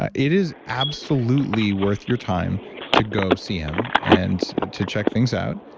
ah it is absolutely worth your time to go see him and to check things out.